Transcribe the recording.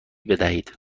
بدهید